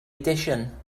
edition